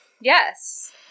Yes